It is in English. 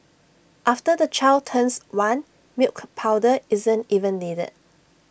after the child turns one milk powder isn't even needed